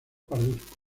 pardusco